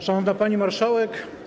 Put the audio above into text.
Szanowna Pani Marszałek!